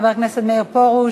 חבר הכנסת מאיר פרוש,